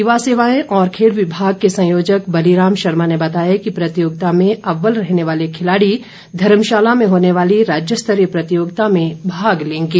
युवा सेवाए और खेल विभाग के संयोजक बलिराम शर्मा ने बताया कि प्रतियोगिता में अव्वल रहने वार्ल खिलाड़ी धर्मशाला में होने वाली राज्य स्तरीय प्रतियोगिता में भाग लेंगे